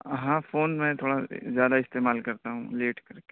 ہاں فون میں تھوڑا زیادہ استعمال کرتا ہوں لیٹ کر کے